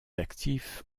actifs